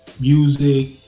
music